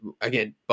again